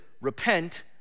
Repent